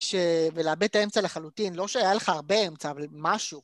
ולאבד את האמצע לחלוטין, לא שהיה לך הרבה אמצע, אבל משהו.